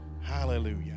hallelujah